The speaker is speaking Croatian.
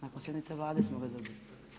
Nakon sjednice Vlade smo ga dobili.